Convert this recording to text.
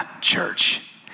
church